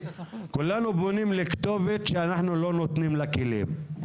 כולנו פונים לכתובת שאנחנו לא נותנים לה כלים.